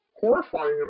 Horrifying